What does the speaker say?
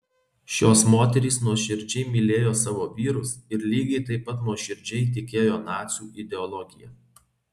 šios moterys nuoširdžiai mylėjo savo vyrus ir lygiai taip pat nuoširdžiai tikėjo nacių ideologija